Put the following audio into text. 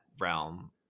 realm